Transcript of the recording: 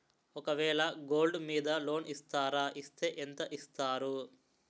ఒక వేల గోల్డ్ మీద లోన్ ఇస్తారా? ఇస్తే ఎంత ఇస్తారు?